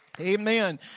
Amen